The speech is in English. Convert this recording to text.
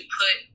put